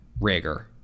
Rager